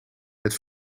het